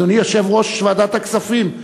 אדוני יושב-ראש ועדת הכספים,